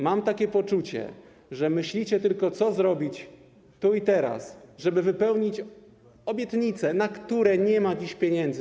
Mam takie poczucie, że myślicie tylko o tym, co zrobić tu i teraz, żeby wypełnić obietnice, na które nie ma dziś pieniędzy.